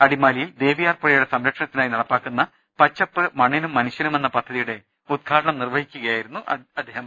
അടിമാലിയിൽ ദേവിയാർ പുഴയുടെ സംര ക്ഷണത്തിനായി നടപ്പിലാക്കുന്ന പച്ചപ്പ് മണ്ണിനും മനുഷ്യനുമെന്ന പദ്ധ തിയുടെ ഉദ്ഘാടനം നിർവ്വഹിച്ച് സംസാരിക്കുകയായിരുന്നു അദ്ദേ ഹം